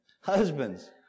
Husbands